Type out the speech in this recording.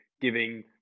giving